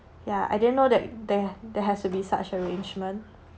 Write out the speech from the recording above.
ya I didn't know that there has there has to be such arrangement